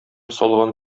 салган